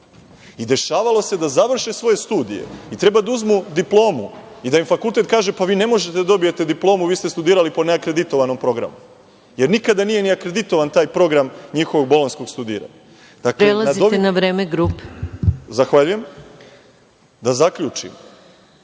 i dešavalo se da završe svoje studije, da treba da uzmu diplomu i da im fakultet kaže – pa vi ne možete da dobijete diplomu, vi ste studirali po neakreditovanom programu, jer nikada nije akreditovan taj program njihovog bolonjskog studiranja. **Maja Gojković** Prelazite na vreme grupe. **Boško Obradović** Zahvaljujem. Da zaključim.